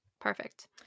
Perfect